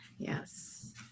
Yes